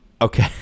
Okay